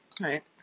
Right